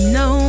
no